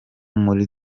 muri